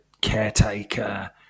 caretaker